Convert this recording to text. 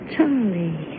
Charlie